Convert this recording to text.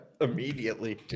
immediately